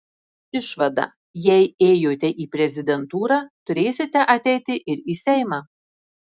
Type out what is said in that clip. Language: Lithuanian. išvada jei ėjote į prezidentūrą turėsite ateiti ir į seimą